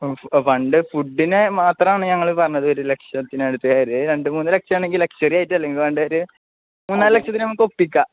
fund ഫുഡിന് മാത്രമാണ് ഞങ്ങള് പറഞ്ഞത് ഒരു ലക്ഷത്തിനടുത്ത് ഒരു രണ്ട് മൂന്ന് ലക്ഷമാണെങ്കില് ലക്ഷ്വറിയായിട്ടല്ലെ നിങ്ങള്ക്ക് വേണ്ടിവരിക മൂന്ന് നാല് ലക്ഷത്തിന് നമുക്കൊപ്പിക്കാം